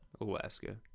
Alaska